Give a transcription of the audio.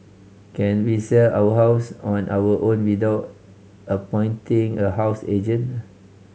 can we sell our house on our own without appointing a housing agent